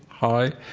high,